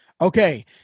Okay